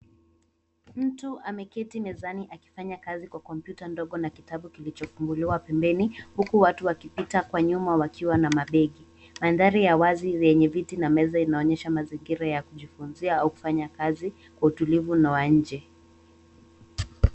Mtu ameketi mezani akifanya kazi kwa kompyuta ndogo na kitabu kilichofunguliwa pembeni huku watu wakipita kwa nyuma wakiwa na mabegi. Mandhari ya wazi zenye viti na meza zinaonyesha mazingira ya kujifunzia au kufanya kazi kwa utulivu na wa nje.